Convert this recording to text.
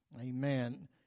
Amen